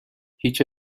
هیچ